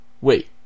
Wait